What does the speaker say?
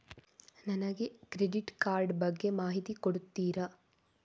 ನನಗೆ credit card ಬಗ್ಗೆ ಮಾಹಿತಿ ಕೊಡುತ್ತೀರಾ?